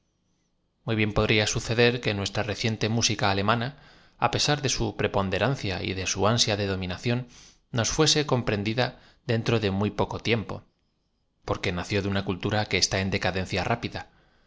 uy bien podría suceder que nuestra reciente música alemana peinar de su preponderancia y de su ansia de domioacióo nos fuese comprendida dentro de muy poco tiempo porque nació de una culturí que está on decadencia rápida